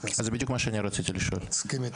עד כמה הם יודעים שזה קיים?